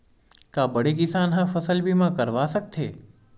का बड़े किसान ह फसल बीमा करवा सकथे?